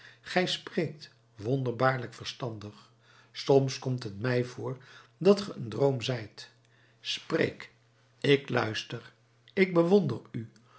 gij spreekt wonderbaarlijk verstandig soms komt het mij voor dat ge een droom zijt spreek ik luister ik bewonder u